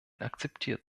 akzeptiert